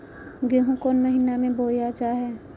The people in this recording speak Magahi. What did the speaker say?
गेहूँ कौन महीना में बोया जा हाय?